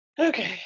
Okay